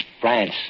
France